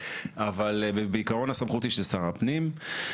אבל בעיקרון הסמכות היא של שר הפנים.